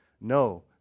No